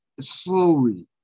slowly